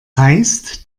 heißt